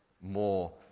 more